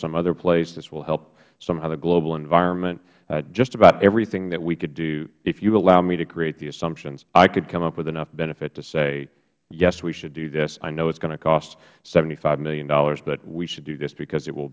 some other place this will help somehow the global environment just about everything that we could do if you allow me to create the assumptions i could come up with enough benefit to say yes we should do this i know it is going to cost seventy five dollars million but we should do this because it will